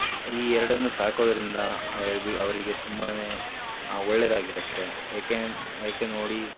ಈ ಎರಡನ್ನು ಸಾಕೋದರಿಂದ ಅವರಿಗೆ ತುಂಬಾ ಒಳ್ಳೆಯದಾಗಿರುತ್ತೆ ಏಕೇ ಏಕೆ ನೋಡಿ